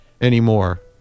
anymore